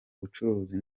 bucuruzi